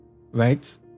right